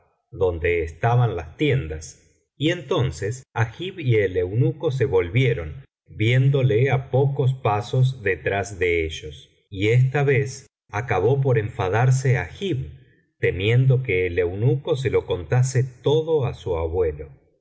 donde estaban las tiendas y entonces agib y el eunuco se volvieron viéndole á pocos pasos detrás de ellos y esta vez acabó por enfadarse agib temiendo que el eunuco se lo contase todo á su abuelo